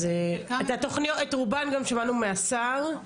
אז את רובן גם שמענו מהשר.